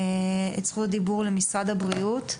את זכות הדיבור למשרד הבריאות.